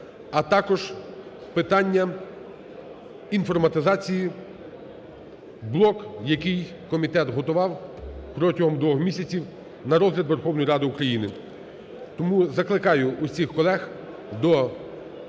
а також питання інформатизації, блок, який комітет готував протягом двох місяців на розгляд Верховної Ради України. Тому закликаю всіх колег до активної